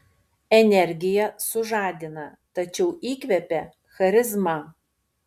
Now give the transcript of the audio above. energija sužadina tačiau įkvepia charizma